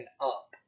up